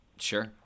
Sure